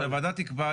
שהוועדה תקבע,